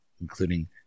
including